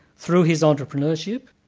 through his entrepreneurship,